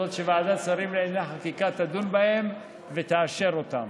הזאת שוועדת שרים לענייני חקיקה תדון בהם ותאשר אותם.